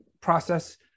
process